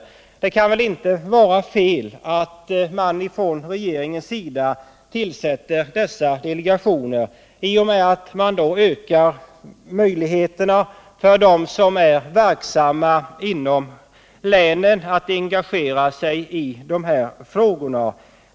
Men det kan väl inte vara fel att man ifrån regeringens sida tillsätter dessa delegationer i och med att man då ökar möjligheterna för dem som är verksamma inom länen att engagera sig i de här frågorna.